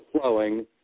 flowing